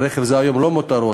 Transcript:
רכב היום הוא לא מותרות,